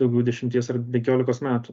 daugiau dešimties ar penkiolikos metų